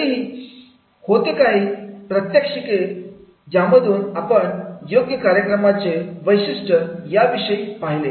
तरीही होते काही प्रात्यक्षिके ज्यामधून आपण योग कार्यक्रमांच्या वैशिष्ट्यं विषयी पाहिले